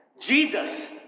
Jesus